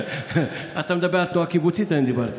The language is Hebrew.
אתה מדבר, על התנועה הקיבוצית אני דיברתי.